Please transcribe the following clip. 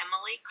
Emily